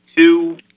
two